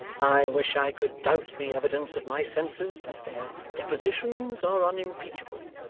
i wish i could doubt the evidence of my senses, but their depositions are unimpeachable.